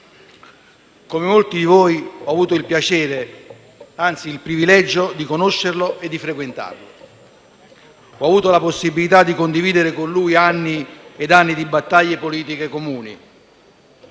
Come molti di voi, ho avuto il piacere, anzi il privilegio, di conoscerlo e di frequentarlo. Ho avuto la possibilità di condividere con lui anni e anni di battaglie politiche comuni,